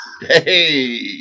Hey